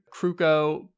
Kruko